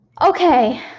okay